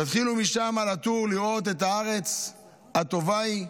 תתחילו משם לתור ולראות את הארץ, הטובה היא.